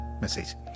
message